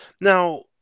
Now